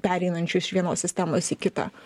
pereinančių iš vienos sistemos į kitą